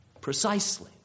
Precisely